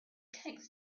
takes